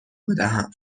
بدهم